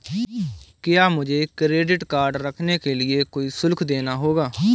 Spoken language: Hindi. क्या मुझे क्रेडिट कार्ड रखने के लिए कोई शुल्क देना होगा?